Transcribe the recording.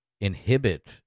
inhibit